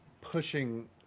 pushing